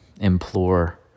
implore